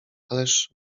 ależ